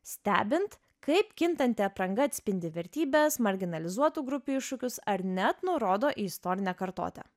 stebint kaip kintanti apranga atspindi vertybes marginalizuotų grupių iššūkius ar net nurodo į istorinę kartotę